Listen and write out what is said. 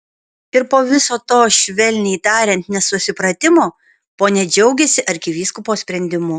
ir po viso to švelniai tariant nesusipratimo ponia džiaugiasi arkivyskupo sprendimu